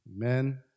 Amen